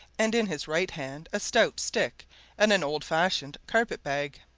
and in his right hand a stout stick and an old-fashioned carpet-bag.